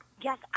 Yes